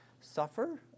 suffer